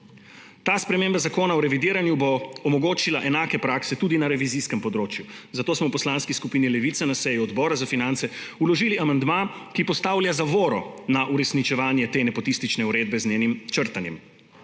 Ta sprememba Zakona o revidiranju bo omogočila enake prakse tudi na revizijskem področju, zato smo v Poslanski skupini Levica na seji Odbora za finance vložili amandma, ki postavlja zavoro na uresničevanje te nepotistične uredbe z njenim črtanjem.